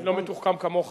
אני לא מתוחכם כמוך,